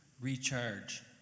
recharge